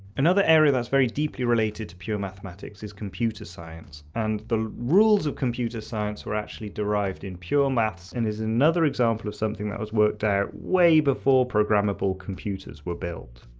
another area that is very deeply related to pure mathematics is computer science, and the rules of computer science were actually derived in pure maths and is another example of something that was worked out way before programmable computers were built.